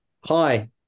hi